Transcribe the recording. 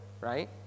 right